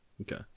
Okay